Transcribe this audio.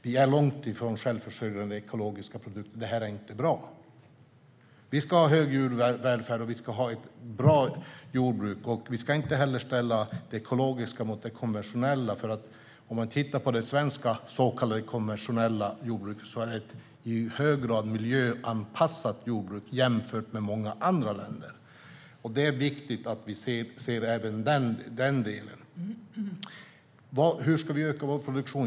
Vi är långt ifrån självförsörjande när det gäller ekologiska produkter, och det är inte bra. Vi ska hög djurvälfärd, och vi ska ha ett bra jordbruk. Vi ska inte ställa det ekologiska mot det konventionella. Det svenska så kallade konventionella jordbruket är ett i hög grad miljöanpassat jordbruk jämfört med många andra länder. Det är viktigt att vi ser även det. Hur ska vi öka vår produktion?